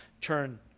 Turn